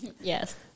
Yes